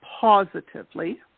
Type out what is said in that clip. positively